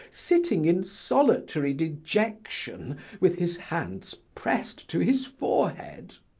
sitting in solitary dejection with his hands pressed to his forehead?